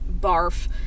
barf